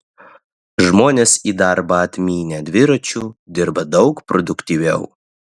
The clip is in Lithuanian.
žmonės į darbą atmynę dviračiu dirba daug produktyviau